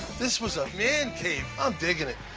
this was a man cave. i'm digging it.